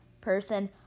person